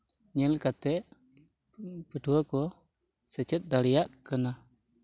ᱧᱮᱞ ᱠᱟᱛᱮ ᱯᱟᱹᱴᱷᱩᱣᱟᱹ ᱠᱚ ᱥᱮᱪᱮᱫ ᱫᱟᱲᱮᱭᱟᱜ ᱠᱟᱱᱟ